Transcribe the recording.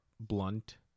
blunt